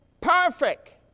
perfect